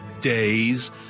days